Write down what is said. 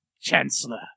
Chancellor